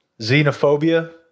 Xenophobia